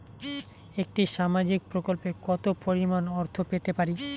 একটি সামাজিক প্রকল্পে কতো পরিমাণ অর্থ পেতে পারি?